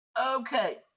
Okay